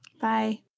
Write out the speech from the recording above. Bye